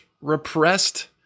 repressed